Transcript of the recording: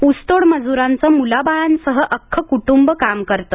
ऊसतोड मजुरांचं मुलाबाळांसह अख्खं कुटुंब काम करतं